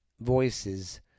voices